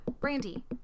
Brandy